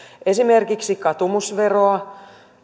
esimerkiksi katumusveroa